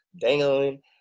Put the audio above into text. dangling